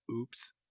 oops